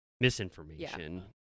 misinformation